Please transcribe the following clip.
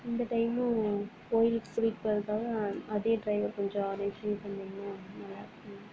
இந்த டயமும் கோயிலுக்கு போயிட்டு வரத்துத்துக்காக அதே டிரைவர் கொஞ்சம் அரேஞ்மெண்ட் பண்ணிங்கன்னால் நல்லாயிருக்கும்